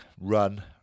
run